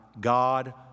God